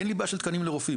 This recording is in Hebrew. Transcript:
אין לי בעיה של תקנים לרופאים.